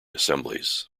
assemblies